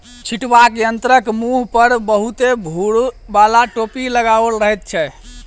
छिटबाक यंत्रक मुँह पर बहुते भूर बाला टोपी लगाओल रहैत छै